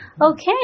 Okay